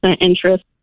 interest